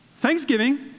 Thanksgiving